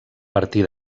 partir